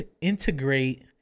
integrate